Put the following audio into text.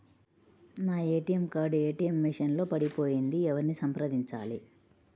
నా ATM card ATM machine లో పడిపోయింది ఎవరిని సంప్రదించాలి?